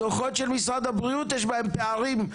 הדוחות של משרד הבריאות יש בהם פערים,